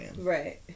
Right